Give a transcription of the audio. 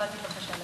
קיבלתי בקשה,